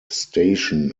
station